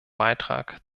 beitrag